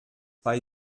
bei